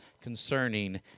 concerning